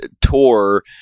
tour